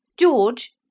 George